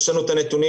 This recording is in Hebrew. יש לנו את הנתונים,